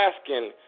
asking